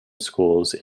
schools